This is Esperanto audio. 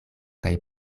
kaj